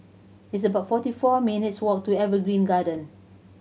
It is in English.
it's about forty four minutes' walk to Evergreen Garden